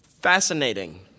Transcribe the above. fascinating